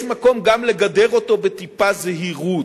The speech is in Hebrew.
יש מקום גם לגדר אותו בטיפה זהירות.